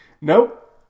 Nope